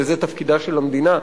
וזה תפקידה של המדינה,